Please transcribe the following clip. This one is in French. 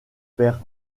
père